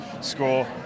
score